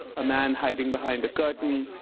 a man hiding behind a curtain.